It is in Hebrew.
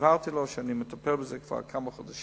הבהרתי לו שאני מטפל בזה כמה חודשים,